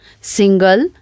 single